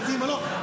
דתיים או לא,